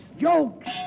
jokes